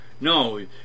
No